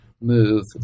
move